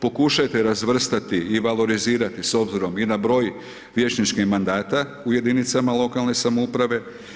Pokušajte razvrstati i valorizirati s obzirom i na broj vijećničkih mandata u jedinicama lokalne samouprave.